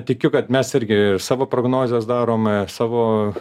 tikiu kad mes irgi ir savo prognozes darome savo